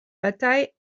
bataille